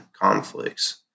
conflicts